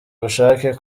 ubushake